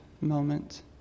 moment